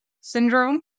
syndrome